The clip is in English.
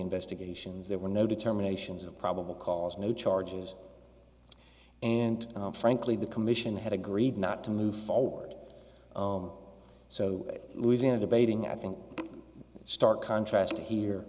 investigations there were no determinations of probable cause no charges and frankly the commission had agreed not to move forward oem so louisiana debating i think stark contrast here